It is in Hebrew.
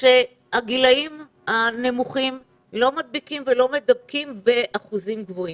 שהגילים הנמוכים לא מדביקים ולא מדבקים באחוזים גבוהים.